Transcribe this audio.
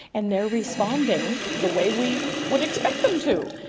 and they are responding the way we would expect them to.